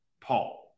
Paul